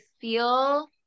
feel